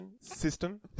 system